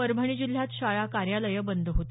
परभणी जिल्ह्यात शाळा कार्यालयं बंद होती